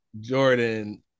Jordan